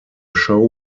show